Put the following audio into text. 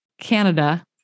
Canada